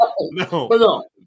No